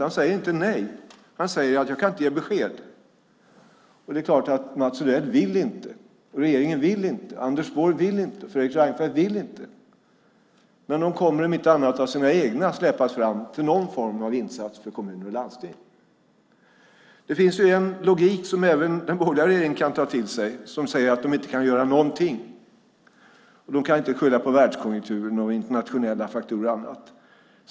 Han säger inte nej utan han säger att han inte kan ge besked. Det är klart att Mats Odell, regeringen, Anders Borg och Fredrik Reinfeldt inte vill. Men de kommer om inte annat av sina egna att släpas fram till någon form av insats för kommuner och landsting. Det finns en logik som även den borgerliga regeringen kan ta till sig som säger att de inte kan göra någonting, inte skylla på världskonjunkturen, internationella faktorer och annat.